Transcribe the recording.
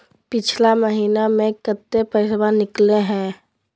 पिछला महिना मे कते पैसबा निकले हैं?